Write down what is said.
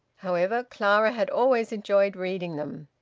however, clara had always enjoyed reading them.